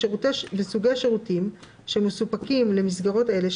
וסוגי שירותים שמסופקים למסגרות אלה,